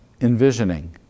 envisioning